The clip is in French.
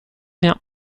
bien